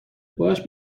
باهاش